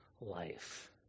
life